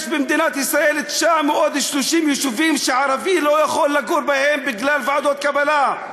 יש במדינת ישראל 930 יישובים שערבי לא יכול לגור בהם בגלל ועדות קבלה.